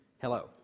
Hello